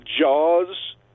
Jaws